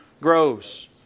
grows